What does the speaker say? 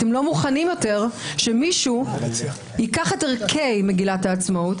אתם לא מוכנים יותר שמישהו ייקח את ערכי מגילת העצמאות,